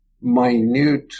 minute